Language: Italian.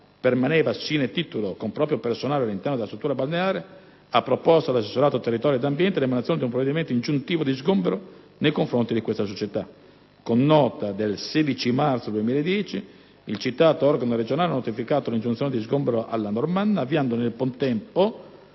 permaneva *sine titulo*, con proprio personale, all'interno della struttura balneare, ha proposto all'assessorato territorio ed ambiente l'emanazione di un provvedimento ingiuntivo di sgombero nei confronti della menzionata società Normanna. Con nota del 16 marzo 2010, il citato organo regionale ha notificato l'ingiunzione di sgombero alla Normanna avviando, al contempo